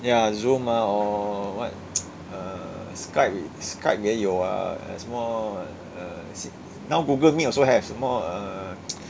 ya zoom ah or what err skype skype 也有 ah 还有什么 uh now google meet also have 什么 err